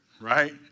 right